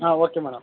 ಹಾಂ okay madam